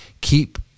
keep